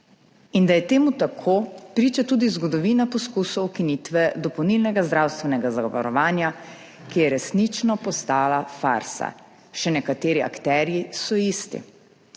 in da je to tako, priča tudi zgodovina poskusov ukinitve dopolnilnega zdravstvenega zavarovanja, ki je resnično postala farsa, še nekateri akterji so isti.